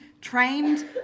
trained